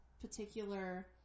particular